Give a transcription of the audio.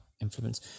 influence